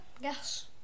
yes